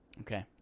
Okay